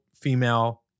female